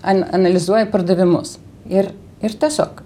an analizuoja pardavimus ir ir tiesiog